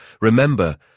remember